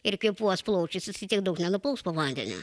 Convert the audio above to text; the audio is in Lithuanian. ir kvėpuos plaučiai jisai tiek daug nenuplauks po vandeniu